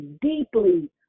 deeply